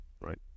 Right